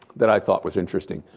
that i thought was interesting.